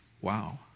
Wow